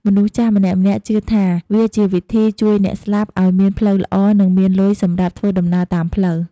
មនុស្សចាស់ម្នាក់ៗជឿថា វាជាវិធីជួយអ្នកស្លាប់ឲ្យមានផ្លូវល្អនិងមានលុយសម្រាប់ធ្វើដំណើរតាមផ្លូវ។